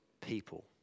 people